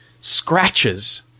scratches